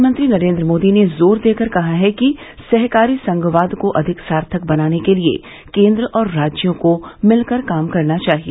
प्रधानमंत्री नरेन्द्र मोदी ने जोर देकर कहा है कि सहकारी संघवाद को अधिक सार्थक बनाने के लिए केंद्र और राज्यों को मिलकर काम करना चाहिए